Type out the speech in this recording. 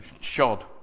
shod